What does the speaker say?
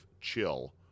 chill